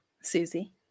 Susie